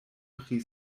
pri